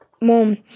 Mom